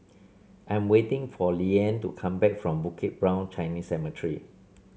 I'm waiting for Liane to come back from Bukit Brown Chinese Cemetery